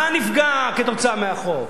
מה נפגע כתוצאה מהחוק?